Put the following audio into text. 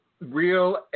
Real